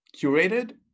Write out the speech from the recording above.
curated